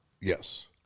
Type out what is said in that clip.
Yes